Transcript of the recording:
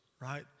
right